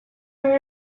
are